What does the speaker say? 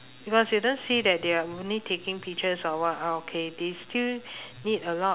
because you don't see that they are only taking pictures of what are okay they still need a lot